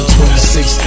Twenty-six